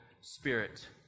spirit